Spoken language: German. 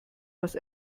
was